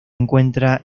encuentra